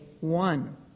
one